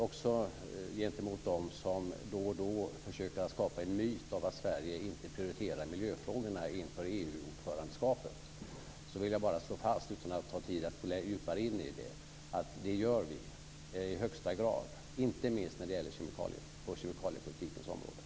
Också gentemot dem som då och då försöker skapa en myt om att Sverige inte prioriterar miljöfrågorna inför EU-ordförandeskapet vill jag, utan att gå djupare in på detta, slå fast att det gör vi i högsta grad, inte minst på kemikaliepolitikens område.